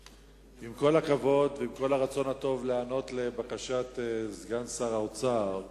עם כל הכבוד ועם כל הרצון הטוב להיענות לבקשת סגן שר האוצר,